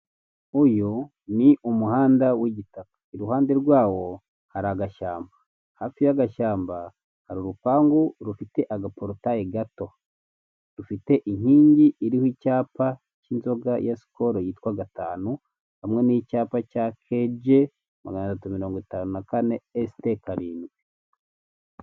Uyu ni umuhanda w'igitaka iruhande rwawo hari agashyamba, hafi y'agashyamba hari urupangu rufite agaporotayi gato. Rufite inkingi iriho icyapa cy'inzoga ya sikoro yitwa gatanu hamwe n'icyapa cya keje magana atanu mirongo itanu na kane esite karindwi.